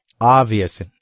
obvious